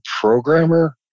programmer